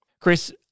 Chris